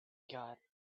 got